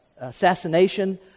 assassination